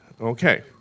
Okay